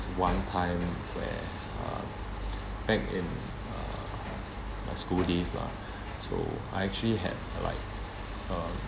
one time where uh back in uh my school days lah so I actually had like uh